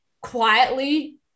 quietly